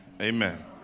Amen